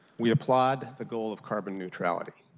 we applaud the goal of carbon neutrality,